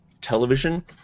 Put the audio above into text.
Television